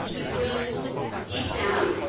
because deep down,